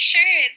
Sure